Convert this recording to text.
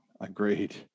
Agreed